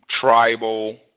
tribal